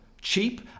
Cheap